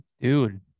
dude